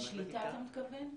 השליטה, אתה מתכוון?